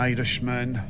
Irishman